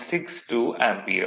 62 ampere